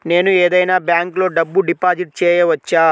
నేను ఏదైనా బ్యాంక్లో డబ్బు డిపాజిట్ చేయవచ్చా?